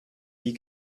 wie